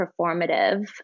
performative